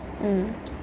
mm